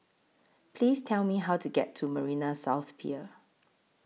Please Tell Me How to get to Marina South Pier